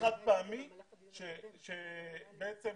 חד-פעמי שבעצם